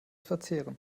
verzehren